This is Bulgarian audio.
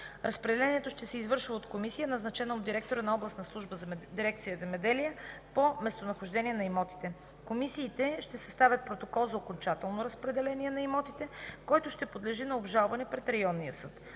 Разпределянето ще се извършва от комисия, назначена от директора на областната дирекция „Земеделие” по местонахождението на имотите. Комисиите ще съставят протокол за окончателното разпределение на имотите, който ще подлежи на обжалване пред районния съд.